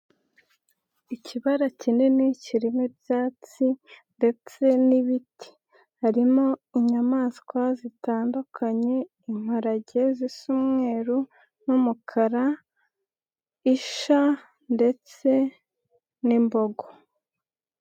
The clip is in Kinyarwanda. Ikibara kinini kirimo ibyatsi ndetse n'ibiti. Harimo inyamaswa zitandukanye: imparage z'umweruru n'umukara, isha ndetse n'imbogo.